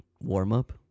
warm-up